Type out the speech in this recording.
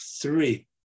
three